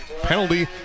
penalty